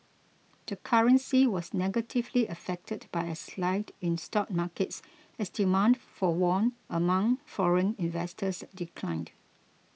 the currency was negatively affected by a slide in stock markets as demand for won among foreign investors declined